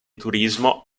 turismo